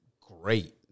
great